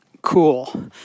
Cool